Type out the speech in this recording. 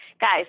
guys